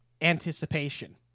anticipation